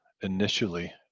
initially